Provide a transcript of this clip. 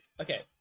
Okay